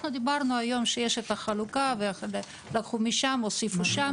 אנחנו דיברנו היום שיש את החלוקה ולקחו משם והוסיפו שם,